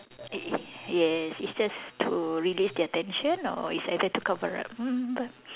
y~ yes it's just to release their tension or it's either to cover up